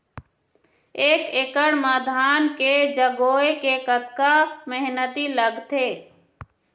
एक एकड़ म धान के जगोए के कतका मेहनती लगथे?